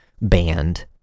band